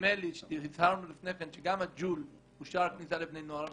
נדמה לי שהצהרנו לפני כן שגם הג'ול הוא שער הכניסה לבני נוער.